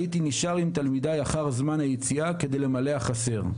הייתי נשאר עם תלמידיי אחר זמן היציאה כדי למלא החסר.